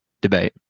debate